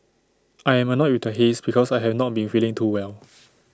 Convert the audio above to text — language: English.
I am annoyed with the haze because I have not been feeling too well